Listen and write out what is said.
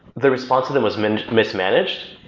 the response to them was and mismanaged.